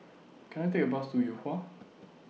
Can I Take A Bus to Yuhua